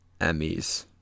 Emmys